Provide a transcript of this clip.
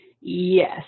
Yes